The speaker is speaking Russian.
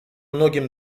многим